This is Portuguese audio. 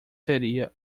seria